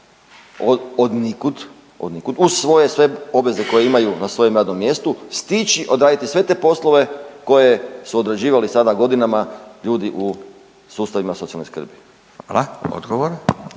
od nikud, uz svoje sve obveze koje imaju na svojem radnom mjestu stići odraditi sve te poslove koje su odrađivali sada godinama ljudi u sustavima socijalne skrbi. **Radin,